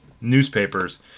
newspapers